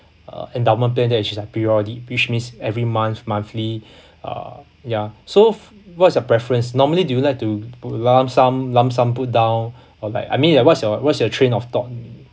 uh endowment plan that is like periodic pitch means every month monthly uh ya so what's your preference normally do you like to p~ lump sum lump sum pulled down or like I mean like what's your what's your trend of thought